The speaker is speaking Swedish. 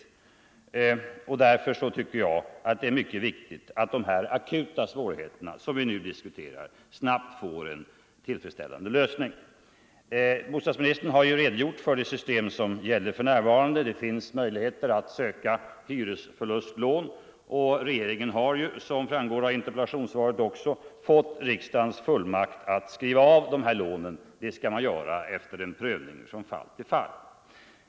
Därför 29 november 1974 tycker jag att det är mycket viktigt att de akuta svårigheterna, som vi I nu diskuterar, snabbt får en tillfredsställande lösning. Ång. principerna för Bostadsministern har redogjort för det system som gäller för närva = eftergift av lån för rande. Det finns möjligheter att söka hyresförlustlån, och regeringen har = hyresförluster — såsom framgår av interpellationssvaret — också fått riksdagens fullmakt att skriva av dessa lån efter prövning från fall till fall.